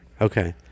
Okay